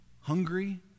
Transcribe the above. hungry